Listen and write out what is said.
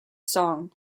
song